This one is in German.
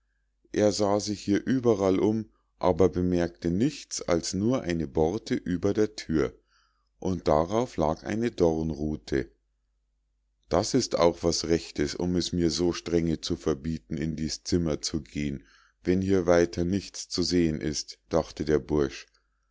er sah sich hier überall um aber bemerkte nichts als nur eine borte über der thür und darauf lag eine dornruthe das ist auch was rechtes um es mir so strenge zu verbieten in dies zimmer zu gehen wenn hier weiter nichts zu sehen ist dachte der bursch